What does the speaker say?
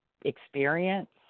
experience